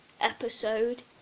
Episode